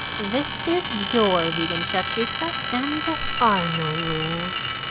this is your vegan shakshuka and there are no rules.